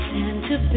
Santa